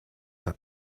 the